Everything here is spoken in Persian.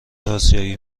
آسیایی